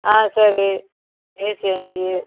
ஆ சரி ஏசி அஞ்சு